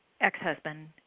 ex-husband